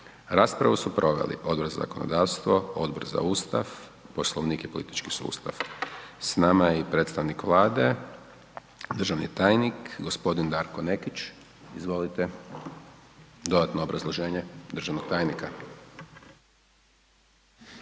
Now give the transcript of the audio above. Raspravu su proveli Odbor za zakonodavstvo, Odbor za Ustav, Poslovnik i politički sustav. S nama je i predstavnik Vlade, državni tajnik, g. Darko Nekić. Izvolite, dodatno obrazloženje državnog tajnika.